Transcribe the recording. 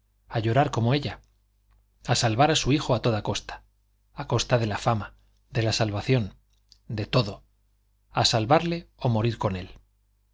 a llorar como ella a salvar a su hijo a toda costa a costa de la fama de la salvación de todo a salvarle o morir con él